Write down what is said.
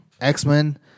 x-men